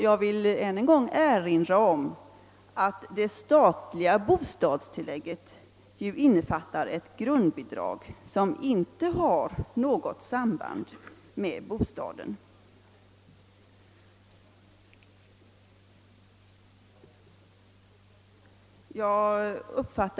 Jag vill än en gång erinra om att det statliga bostadstillägget innefattar ett grundbidrag som inte har något sam band med bostaden.